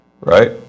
Right